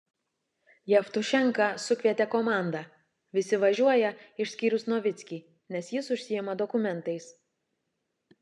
jevtušenka sukvietė komandą visi važiuoja išskyrus novickį nes jis užsiima dokumentais